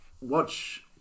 watch